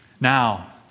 Now